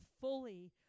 fully